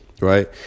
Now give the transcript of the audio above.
right